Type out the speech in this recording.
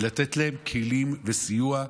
ולתת להם כלים וסיוע.